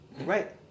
Right